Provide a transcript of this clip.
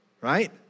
right